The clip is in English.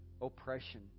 oppression